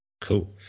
Cool